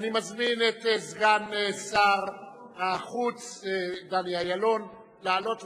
אני מזמין את סגן שר החוץ דני אילון לבוא